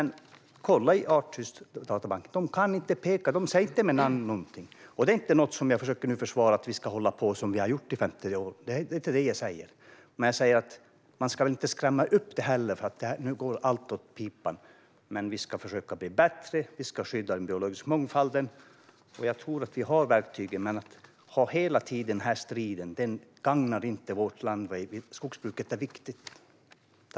Kolla i Artdatabanken! Där kan de inte nämna någon utrotad art vid namn. Detta säger jag inte för att jag vill försvara att vi ska hålla på som vi har gjort i 50 år. Det är inte detta jag säger. Men jag säger att man inte ska skrämmas och säga att allt går åt pipan. Vi ska försöka bli bättre och skydda den biologiska mångfalden. Jag tror att vi har verktygen. Men att hela tiden ha denna strid gagnar inte vårt land. Skogsbruket är viktigt.